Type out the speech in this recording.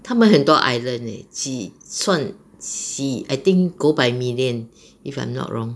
他们很多 island leh 几算几 I think go by million if I'm not wrong